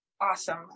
awesome